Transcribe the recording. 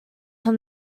from